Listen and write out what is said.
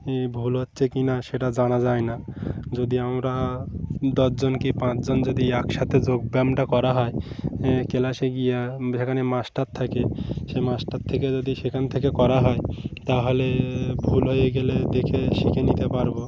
এই ভুল হচ্ছে কি না সেটা জানা যায় না যদি আমরা দশজন কি পাঁচজন যদি একসাথে যোগব্যায়ামটা করা হয়ঁ ক্লাসে গিয়ে সেখানে মাস্টার থাকে সে মাস্টার থেকে যদি সেখান থেকে করা হয় তাহলে ভুল হয়ে গেলে দেখে শিখে নিতে পারবো